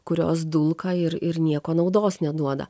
kurios dulka ir ir nieko naudos neduoda